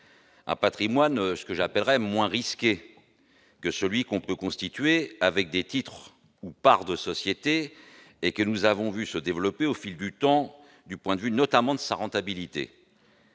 un patrimoine que j'appellerai moins risqué que celui que l'on peut constituer avec des titres ou des parts de sociétés et que nous avons vu se développer, au fil du temps, notamment en raison de sa rentabilité.